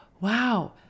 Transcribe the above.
wow